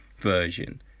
version